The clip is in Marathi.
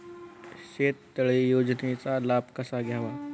शेततळे योजनेचा लाभ कसा घ्यावा?